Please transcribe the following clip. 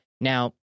Now